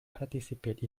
participate